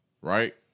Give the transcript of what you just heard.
Right